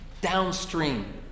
Downstream